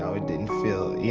so it didn't feel yeah,